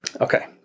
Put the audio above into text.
Okay